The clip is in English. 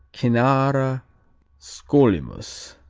cynara scolymus.